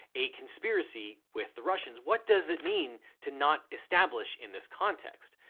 a conspiracy with the russians? what does it mean to not establish in this context?